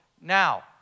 now